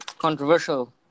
Controversial